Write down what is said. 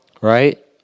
right